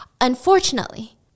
Unfortunately